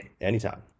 Anytime